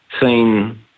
seen